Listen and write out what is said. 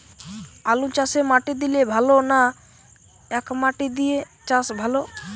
আলুচাষে মাটি দিলে ভালো না একমাটি দিয়ে চাষ ভালো?